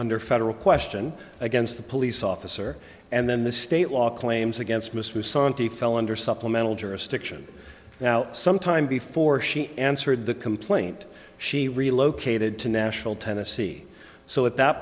under federal question against the police officer and then the state law claims against miss musante fell under supplemental jurisdiction now some time before she answered the complaint she relocated to nashville tennessee so at that